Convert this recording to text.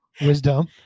wisdom